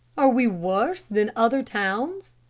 are we worse than other towns?